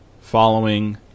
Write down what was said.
following